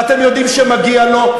ואתם יודעים שמגיע לו,